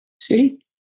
See